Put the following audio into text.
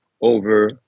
over